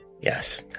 yes